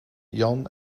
jan